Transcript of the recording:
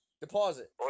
Deposit